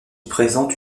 présente